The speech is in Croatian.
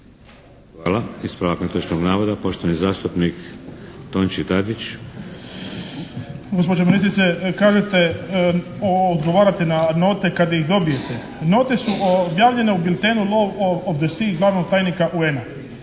Hvala. Ispravak netočnog navoda, poštovani zastupnik Tonči Tadić. **Tadić, Tonči (HSP)** Gospođo ministrice kažete, odgovarate na note kad ih dobijete. Note su objavljene u biltenu "Law of the Sea" glavnog tajnika UN-a.